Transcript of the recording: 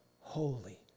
holy